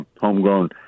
homegrown